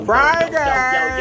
Friday